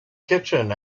kitchen